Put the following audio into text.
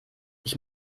ich